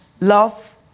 love